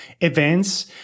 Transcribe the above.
events